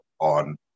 on